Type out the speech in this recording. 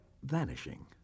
vanishing